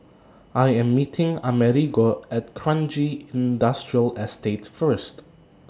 I Am meeting Amerigo At Kranji Industrial Estate First